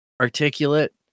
articulate